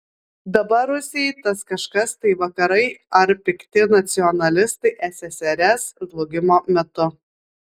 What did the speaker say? dabar rusijai tas kažkas tai vakarai ar pikti nacionalistai ssrs žlugimo metu